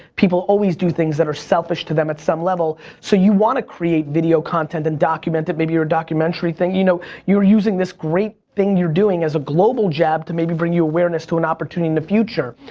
people always do things that are selfish to them at some level, so you want to create video content and document it. maybe you're a documentary thing, you know, you're using this great thing you're doing as a global jab to maybe bring you awareness to an opportunity in the future.